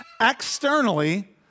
externally